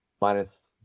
minus